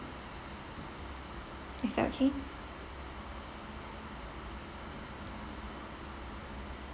is that okay